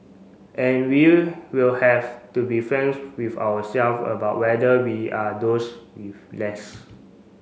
and we will have to be franks with our self about whether we are those with less